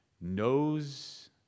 knows